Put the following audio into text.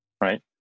right